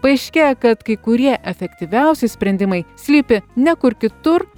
paaiškėja kad kai kurie efektyviausi sprendimai slypi ne kur kitur